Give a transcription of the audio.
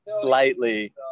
slightly